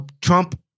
Trump